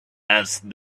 asked